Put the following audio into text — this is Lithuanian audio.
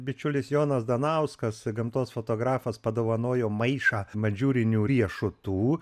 bičiulis jonas danauskas gamtos fotografas padovanojo maišą mandžiūrinių riešutų